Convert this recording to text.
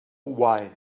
why